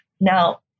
Now